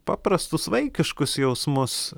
paprastus vaikiškus jausmus